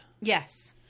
Yes